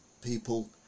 people